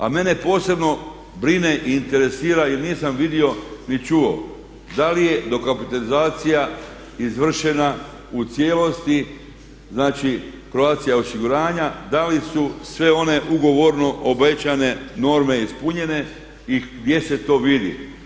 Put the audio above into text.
A mene posebno brine i interesira jer nisam vidio ni čuo da li je dokapitalizacija izvršena u cijelosti znači Croatia osiguranja, da li su sve one ugovorno obećane norme ispunjene i gdje se top vidi.